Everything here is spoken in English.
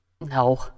No